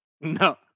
No